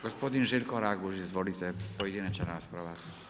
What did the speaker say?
Gospodin Željko Raguž, izvolite, pojedinačna rasprava.